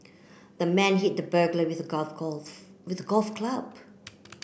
the man hit the burglar with golf with golf club